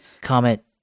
comment